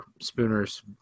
Spooner's –